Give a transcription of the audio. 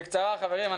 בקצרה, חברים.